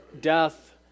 death